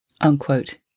Unquote